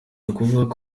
ukuvuga